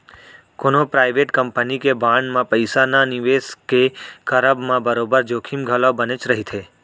कोनो private company के bond म पइसा न निवेस के करब म बरोबर जोखिम घलौ बनेच रहिथे